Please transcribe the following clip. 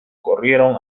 corrieron